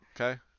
okay